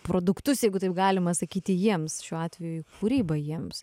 produktus jeigu taip galima sakyti jiems šiuo atveju kūrybą jiems